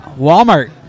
Walmart